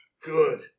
Good